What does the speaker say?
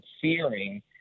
fearing